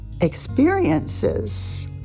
experiences